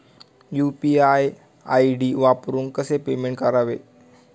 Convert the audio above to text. UPI ID वापरून कसे payment करावे?